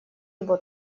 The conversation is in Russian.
его